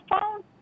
phone